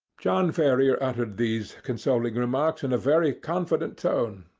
john ferrier uttered these consoling remarks in a very confident tone,